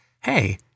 hey